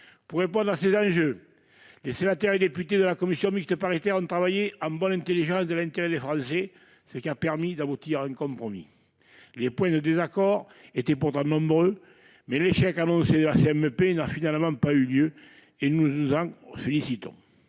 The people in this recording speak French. Pour répondre à ces enjeux, sénateurs et députés de la commission mixte paritaire ont travaillé en bonne intelligence, dans l'intérêt des Français, ce qui a permis d'aboutir à un compromis. Les sujets de désaccord étaient nombreux, mais l'échec annoncé de la commission mixte paritaire n'a finalement pas eu lieu, ce dont nous nous félicitons.